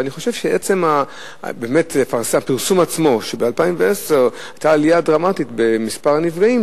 אבל אני חושב שעצם הפרסום שב-2010 היתה עלייה דרמטית במספר הנפגעים,